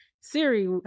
Siri